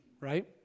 right